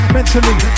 mentally